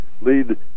Lead